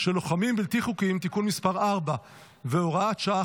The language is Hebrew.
של לוחמים בלתי חוקיים (תיקון מס' 4 והוראת שעה,